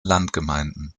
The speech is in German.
landgemeinden